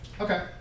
Okay